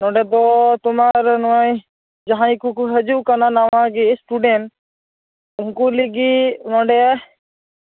ᱱᱚᱰᱮᱫᱚ ᱛᱳᱢᱟᱨ ᱱᱚᱜᱼᱚᱭ ᱡᱟᱦᱟᱸᱭ ᱠᱚᱠᱚ ᱦᱤᱡᱩᱜ ᱠᱟᱱᱟ ᱱᱟᱣᱟᱜᱮ ᱥᱴᱩᱰᱮᱱᱴ ᱩᱱᱠᱩ ᱞᱟᱹᱜᱤᱫ ᱱᱚᱸᱰᱮ